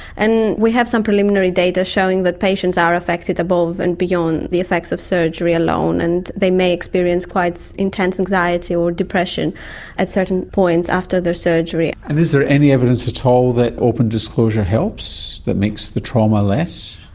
and we have some preliminary data showing that patients are affected above and beyond the effects of surgery alone, and they may experience quite intense anxiety or depression at certain points after their surgery. and is there any evidence at all that open disclosure helps, it makes the trauma less?